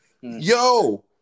Yo